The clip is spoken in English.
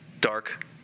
dark